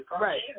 Right